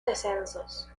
descensos